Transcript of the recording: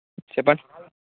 చెప్పండి